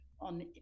on